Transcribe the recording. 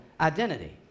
identity